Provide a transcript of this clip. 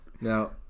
now